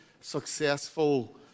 successful